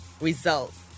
results